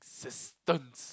existence